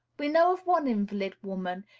we know of one invalid woman,